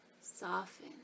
soften